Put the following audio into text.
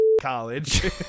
college